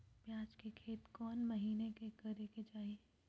प्याज के खेती कौन महीना में करेके चाही?